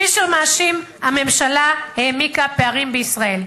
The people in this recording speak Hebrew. פישר מאשים: הממשלה העמיקה פערים בישראל.